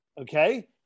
okay